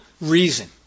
reason